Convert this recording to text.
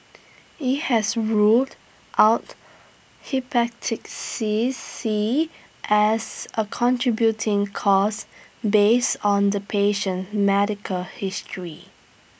IT has ruled out hepatic seas C as A contributing cause based on the patient medical history